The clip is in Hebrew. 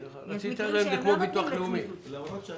למרות,